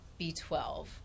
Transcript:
B12